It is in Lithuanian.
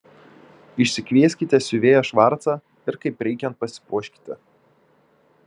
išsikvieskite siuvėją švarcą ir kaip reikiant pasipuoškite